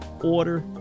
Order